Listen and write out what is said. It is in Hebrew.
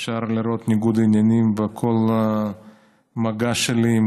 אפשר לראות ניגוד עניינים בכל מגע שלי עם